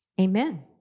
amen